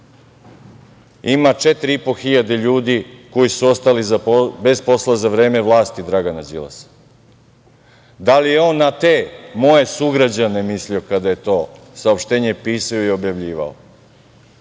Srbiju ima 4.500 ljudi koji su ostali bez posla za vreme vlasti Dragana Đilasa? Da li je on na te moje sugrađane mislio kada je to saopštenje pisao i objavljivao?